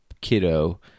kiddo